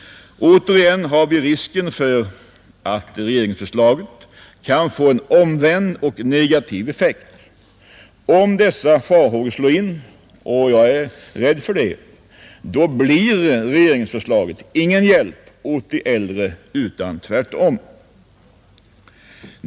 Åter har vi risken för att regeringsförslaget kan få en omvänd och negativ effekt. Om dessa farhågor slår in — och jag är rädd för det — blir regeringsförslaget ingen hjälp åt de äldre utan tvärtom.